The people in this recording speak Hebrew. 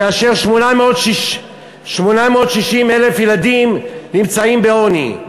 כאשר 860,000 ילדים נמצאים בעוני.